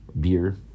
Beer